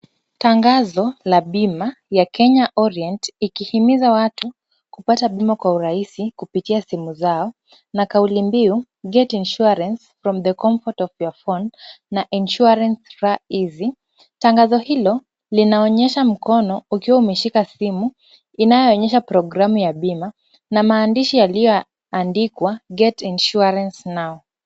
Tangazo la bima ya Kenya Orient ikihimiza watu kupata bima kwa urahisi kupitia simu zao na kauli mbiu get insuarance from the comfort your phone na insuarance far easy .Tangazo hilo linaonyesha mkono ukiwa umeshika simu inayoonyesha programu ya bima na maandishi yalioandikwa get insuarance now .